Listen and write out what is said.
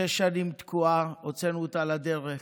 שש שנים תקועה, הוצאנו אותה לדרך,